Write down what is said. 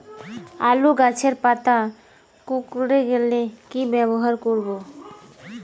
আলুর গাছের পাতা কুকরে গেলে কি ব্যবহার করব?